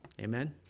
Amen